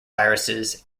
viruses